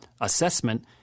assessment